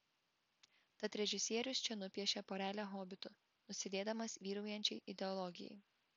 tad režisierius čia nupiešia porelę hobitų nusidėdamas vyraujančiai ideologijai